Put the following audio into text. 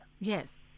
Yes